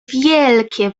wielkie